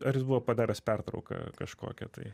ar jis buvo padaręs pertrauką kažkokią tai